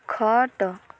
ଖଟ